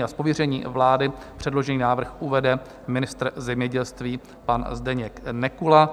Z pověření vlády předložený návrh uvede ministr zemědělství pan Zdeněk Nekula.